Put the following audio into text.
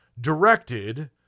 directed